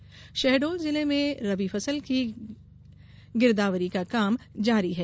फसल गिरदावरी शहडोल जिले में रबी फसल की गिरदावरी का काम जारी है